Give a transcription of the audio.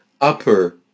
upper